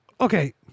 okay